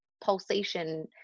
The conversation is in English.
pulsation